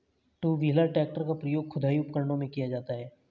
to wheeler tractor का प्रयोग खुदाई उपकरणों में किया जाता हैं